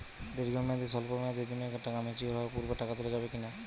দীর্ঘ মেয়াদি বা সল্প মেয়াদি বিনিয়োগের টাকা ম্যাচিওর হওয়ার পূর্বে তোলা যাবে কি না?